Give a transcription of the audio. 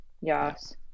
Yes